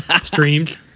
Streamed